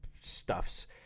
stuffs